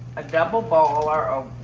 a double ball or